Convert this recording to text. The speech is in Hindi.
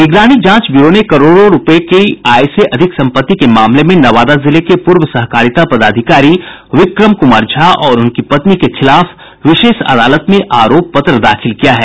निगरानी जांच ब्यूरो ने करोड़ों रुपये की आय से अधिक संपत्ति के मामले में नवादा जिले के पूर्व सहकारिता पदाधिकारी विक्रम कुमार झा और उनकी पत्नी के खिलाफ विशेष अदालत में आरोप पत्र दाखिल किया है